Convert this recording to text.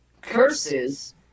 curses